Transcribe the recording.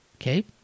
Okay